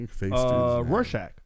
Rorschach